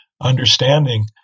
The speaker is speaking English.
understanding